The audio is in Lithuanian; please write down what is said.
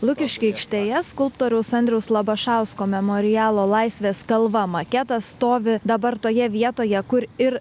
lukiškių aikštėje skulptoriaus andriaus labašausko memorialo laisvės kalva maketas stovi dabar toje vietoje kur ir